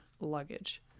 luggage